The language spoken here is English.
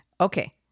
Okay